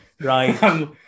Right